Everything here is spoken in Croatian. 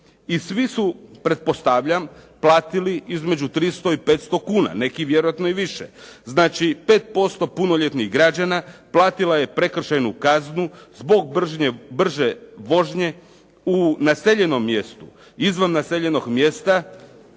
I svi su pretpostavljam platili između 300 i 500 kuna, neki vjerojatno i više. Znači 5% punoljetnih građana platilo je prekršajnu kaznu zbog brze vožnje u naseljenom mjestu. Izvan naseljeno mjesta,